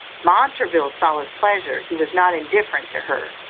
montraville saw with pleasure he was not indifferent to her,